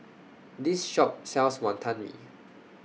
This Shop sells Wantan Mee